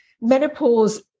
menopause